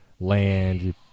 land